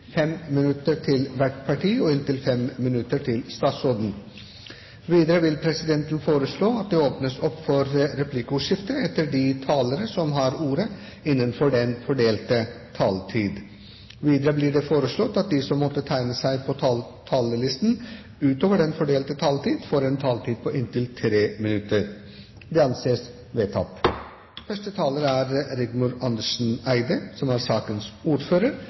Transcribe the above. minutter til hvert parti og inntil 5 minutter til statsråden. Videre vil presidenten foreslå at det åpnes opp for replikkordskifte etter de talere som har ordet innenfor den fordelte taletid. Videre blir det foreslått at de som måtte tegne seg på talerlisten utover den fordelte taletid, får en taletid på inntil 3 minutter. – Det anses vedtatt. Deltakerloven og råfiskloven er viktige pilarer i fiskeripolitikken. La meg starte med å si at det er